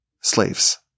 slaves